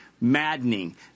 maddening